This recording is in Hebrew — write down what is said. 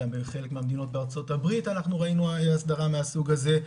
גם בחלק מהמדינות בארצות הברית אנחנו ראינו הסדרה מהסוג הזה.